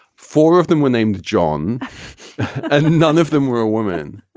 four of them were named john and none of them were a woman.